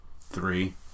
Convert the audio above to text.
three